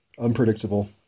unpredictable